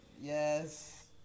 Yes